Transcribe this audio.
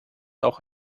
auch